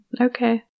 okay